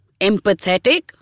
empathetic